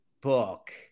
book